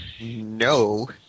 no